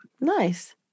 Nice